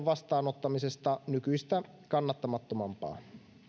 vastaanottamisesta nykyistä kannattamattomampaa